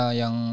yang